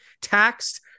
taxed